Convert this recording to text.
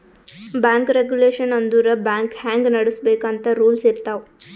bank regulation ಅಂದುರ್ bank ಹ್ಯಾಂಗ್ ನಡುಸ್ಬೇಕ್ ಅಂತ್ ರೂಲ್ಸ್ ಇರ್ತಾವ್